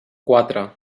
quatre